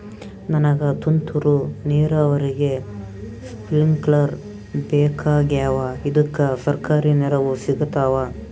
ನನಗ ತುಂತೂರು ನೀರಾವರಿಗೆ ಸ್ಪಿಂಕ್ಲರ ಬೇಕಾಗ್ಯಾವ ಇದುಕ ಸರ್ಕಾರಿ ನೆರವು ಸಿಗತ್ತಾವ?